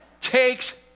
takes